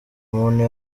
muntu